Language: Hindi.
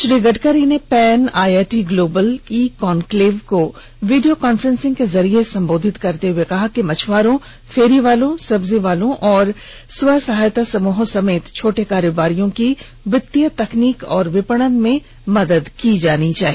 श्रीगडकरी ने pan I I T global e conclave को वीडियो कांफ्रेंसिंग के जरिए संबोधित करते हुए कहा कि मछुआरों फेरीवालोंसब्जी बेचने वालों और स्व सहायता समूहों समेत छोटे कारोबारियों की वित्तीयतकनीक और विपणन में मदद की जानी चाहिए